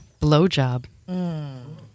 Blowjob